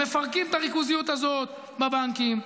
מפרקים את הריכוזיות הזאת בבנקים,